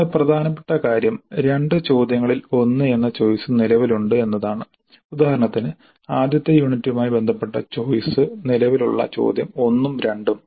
എന്നാൽ പ്രധാനപ്പെട്ട കാര്യംരണ്ട് ചോദ്യങ്ങളിൽ ഒന്ന് എന്ന ചോയ്സ് നിലവിലുണ്ട് എന്നതാണ് ഉദാഹരണത്തിന് ആദ്യത്തെ യൂണിറ്റുമായി ബന്ധപ്പെട്ട ചോയ്സ് നിലവിലുള്ള ചോദ്യം 1 ഉം 2 ഉം